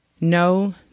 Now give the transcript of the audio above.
No